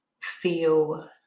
feel